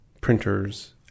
printers